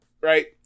right